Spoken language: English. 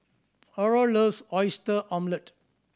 Ara loves Oyster Omelette